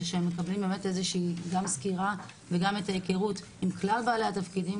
זה שהם מקבלים איזושהי גם סקירה וגם את ההכרות עם כלל בעלי התפקידים,